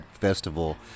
festival